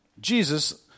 Jesus